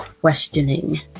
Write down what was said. questioning